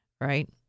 right